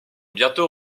bientôt